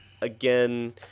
again